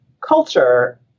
culture